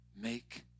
make